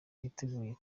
yiteguye